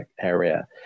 area